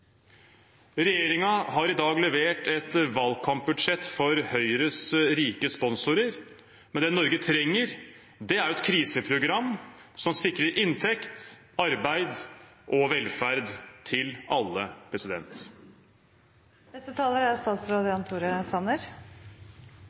har i dag levert et valgkampbudsjett for Høyres rike sponsorer. Men det Norge trenger, er et kriseprogram som sikrer inntekt, arbeid og velferd til alle. Heldigvis lever vi i et demokrati. Det betyr at det er